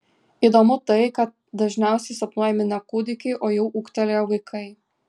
įdomu tai kad dažniausiai sapnuojami ne kūdikiai o jau ūgtelėję vaikai